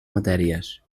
matèries